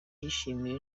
yishimiye